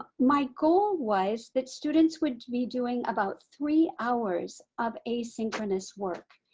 my goal was that students would be doing about three hours of asynchronous work.